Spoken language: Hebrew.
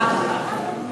למה?